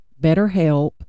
BetterHelp